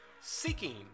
seeking